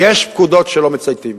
יש פקודות שלא מצייתים להן.